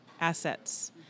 assets